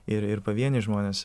ir ir pavieniai žmonės